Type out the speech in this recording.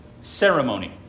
ceremony